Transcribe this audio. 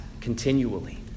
continually